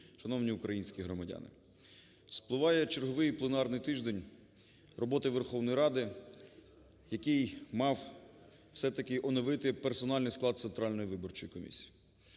шановні українські громадяни! Спливає черговий пленарний тиждень роботи Верховної Ради, який мав все-таки оновити персональний склад Центральної виборчої комісії.